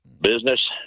business